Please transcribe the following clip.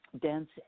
dense